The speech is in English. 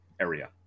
area